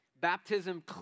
Baptism